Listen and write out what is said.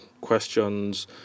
questions